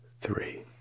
three